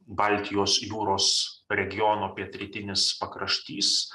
baltijos jūros regiono pietrytinis pakraštys